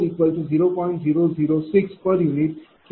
006 p